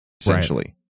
essentially